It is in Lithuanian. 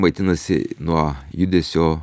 maitinasi nuo judesio